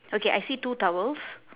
okay I see two towels